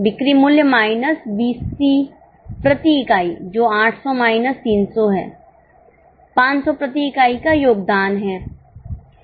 बिक्री मूल्य minus VC प्रति इकाई जो 800 माइनस 300 है 500 प्रति इकाई का योगदान है